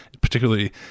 particularly